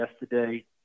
yesterday